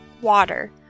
Water